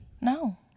No